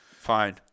fine